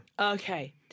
Okay